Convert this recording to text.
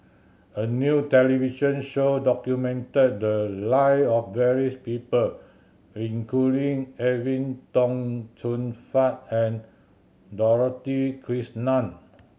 a new television show documented the live of various people including Edwin Tong Chun Fai and Dorothy Krishnan